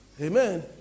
amen